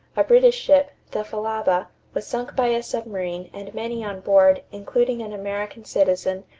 a british ship, the falaba, was sunk by a submarine and many on board, including an american citizen,